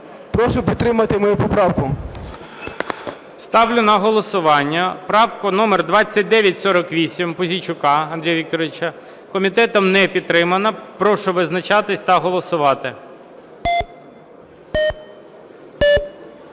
Прошу підтримати мою поправку. ГОЛОВУЮЧИЙ. Ставлю на голосування правку номер 2948 Пузійчука Андрія Вікторовича. Комітетом не підтримана. Прошу визначатись та голосувати.